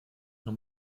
man